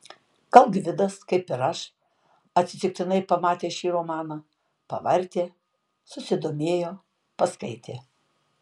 gal gvidas kaip ir aš atsitiktinai pamatęs šį romaną pavartė susidomėjo paskaitė